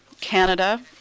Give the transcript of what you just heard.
Canada